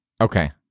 Okay